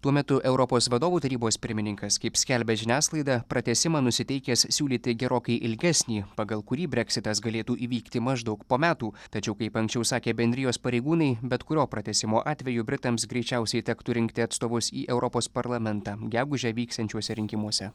tuo metu europos vadovų tarybos pirmininkas kaip skelbia žiniasklaida pratęsimą nusiteikęs siūlyti gerokai ilgesnį pagal kurį breksitas galėtų įvykti maždaug po metų tačiau kaip anksčiau sakė bendrijos pareigūnai bet kurio pratęsimo atveju britams greičiausiai tektų rinkti atstovus į europos parlamentą gegužę vyksiančiuose rinkimuose